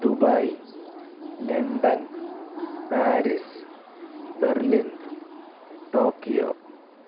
Dubai London Paris Berlin Tokyo